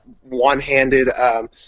one-handed